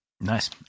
Nice